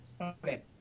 okay